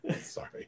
Sorry